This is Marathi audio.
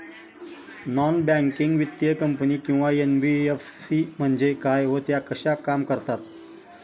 नॉन बँकिंग वित्तीय कंपनी किंवा एन.बी.एफ.सी म्हणजे काय व त्या कशा काम करतात?